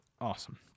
Awesome